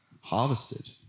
harvested